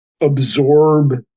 absorb